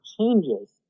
changes